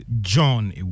John